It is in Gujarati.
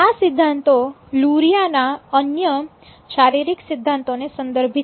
આ સિદ્ધાંતો લુરિયા ના અન્ય શારીરિક સિદ્ધાંતો ને સંદર્ભીત છે